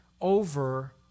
over